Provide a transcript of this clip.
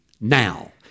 now